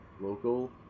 local